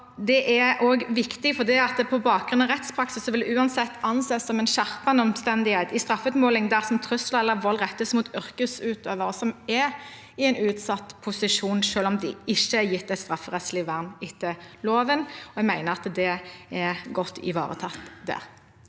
av rettspraksis uansett vil anses som en skjerpende omstendighet i straffeutmålingen dersom trusler eller vold rettes mot yrkesutøvere som er i en utsatt posisjon, selv om de ikke er gitt et strafferettslig vern etter loven. Jeg mener at det er godt ivaretatt der.